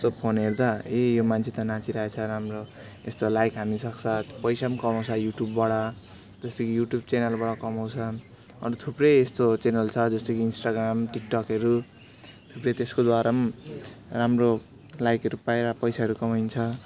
यस्तो फोन हेर्दा ए यो मान्छे त नाचिरहेको छ राम्रो यस्तो लाइक हान्नुसक्छ पैसा पनि कमाउँछ युट्युबबाट जस्तो कि युट्युब च्यानलबाट कमाउँछ अरू थुप्रै यस्तो च्यानल छ जस्तो कि इन्स्टाग्राम टिकटकहरू थुप्रै त्यसको द्वारा पनि राम्रो लाइकहरू पाएर पैसाहरू कमाइन्छ